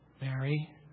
Mary